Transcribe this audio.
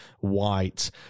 white